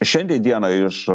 šiandie dienai iš